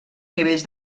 nivells